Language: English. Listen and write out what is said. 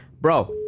Bro